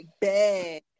bad